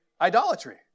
idolatry